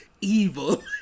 evil